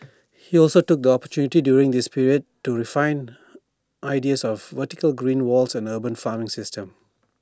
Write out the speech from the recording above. he also took the opportunity during this period to refine ideas of vertical green walls and urban farming systems